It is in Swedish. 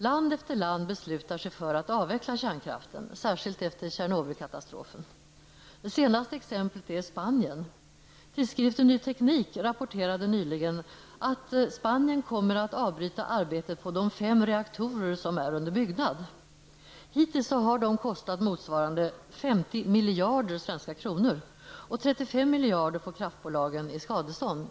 Land efter land beslutar sig för att avveckla kärnkraften, särskilt efter Tjernobylkatastrofen. Det senaste exemplet är Spanien. Tidskriften Ny Teknik rapporterade nyligen att Spanien kommer att avbryta arbetet på de fem reaktorer som är under byggnad. Hittills har de kostat motsvarande 50 miljarder svenska kronor, och kraftsbolagen får 35 miljarder i skadestånd.